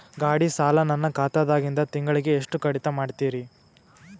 ಗಾಢಿ ಸಾಲ ನನ್ನ ಖಾತಾದಾಗಿಂದ ತಿಂಗಳಿಗೆ ಎಷ್ಟು ಕಡಿತ ಮಾಡ್ತಿರಿ?